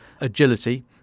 agility